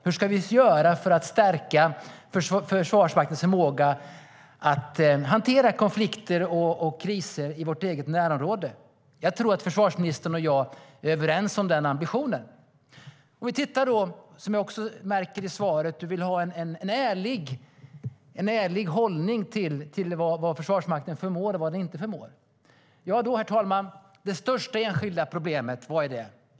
Hur ska vi göra för att stärka Försvarsmaktens förmåga att hantera konflikter och kriser i vårt närområde? Herr talman! Vad är då det största enskilda problemet?